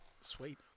sweet